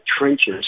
trenches